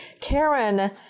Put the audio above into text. Karen